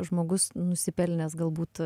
žmogus nusipelnęs galbūt